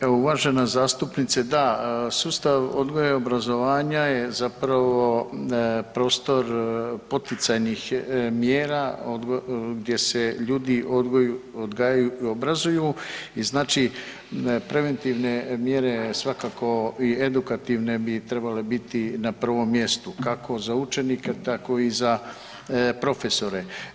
Evo, uvažena zastupnice da sustav odgoja i obrazovanja je zapravo prostor poticajnih mjera gdje se ljudi odgajaju i obrazuju i znači preventivne mjere svakako i edukativne bi trebale biti na prvom mjestu kako za učenike, tkao i za profesore.